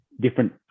different